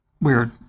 weird